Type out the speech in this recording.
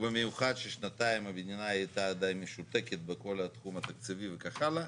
ובמיוחד ששנתיים המדינה הייתה עדיין משותקת בכל התחום התקציבי וכך הלאה.